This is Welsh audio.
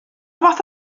fath